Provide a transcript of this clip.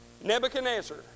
Nebuchadnezzar